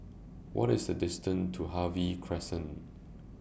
What IS The distance to Harvey Crescent